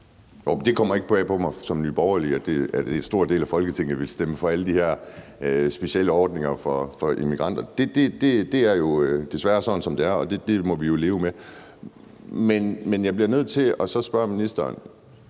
Det kommer ikke bag på mig som Ny Borgerlig, at der er en stor del af Folketinget, der vil stemme for alle de her specielle ordninger for immigranter. Det er jo desværre sådan, som det er, og det må vi leve med. Men jeg bliver nødt til at spørge ministeren